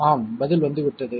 ஆம் பதில் வந்துவிட்டது